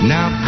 Now